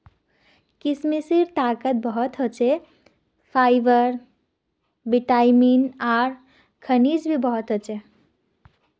किशमिशत ताकत बहुत ह छे, फाइबर, विटामिन आर खनिज भी बहुत ह छे